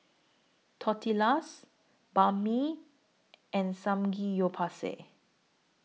Tortillas Banh MI and Samgeyopsal